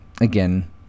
again